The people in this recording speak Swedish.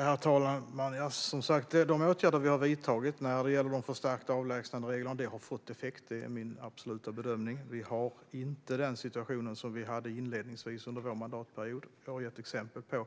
Herr talman! De åtgärder som vi har vidtagit när det gäller de förstärkta avlägsnandereglerna har fått effekt; det är min absoluta bedömning. Vi har inte den situation som vi hade inledningsvis under vår mandatperiod. Jag har gett exempel på